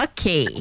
Okay